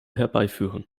herbeiführen